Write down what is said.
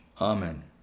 Amen